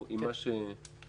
מצד שני,